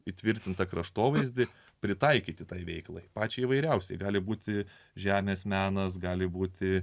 įtvirtintą kraštovaizdį pritaikyti tai veiklai pačią įvairiausią gali būti žemės menas gali būti